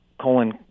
colon